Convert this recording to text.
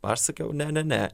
aš sakiau ne ne ne